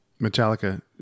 Metallica